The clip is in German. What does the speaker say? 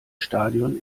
stadion